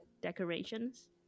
decorations